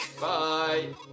Bye